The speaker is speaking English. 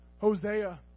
Hosea